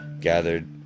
gathered